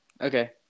Okay